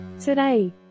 Today